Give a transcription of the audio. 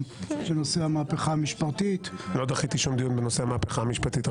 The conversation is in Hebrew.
בנושא המהפכה המשפטית --- לא דחיתי שום דיון בנושא המהפכה המשפטית.